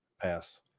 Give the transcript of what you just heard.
Pass